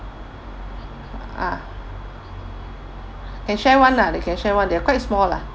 ah can share one lah they can share one they are quite small lah